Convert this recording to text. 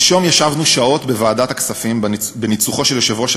שלשום ישבנו שעות בוועדת הכספים בניצוחו של יושב-ראש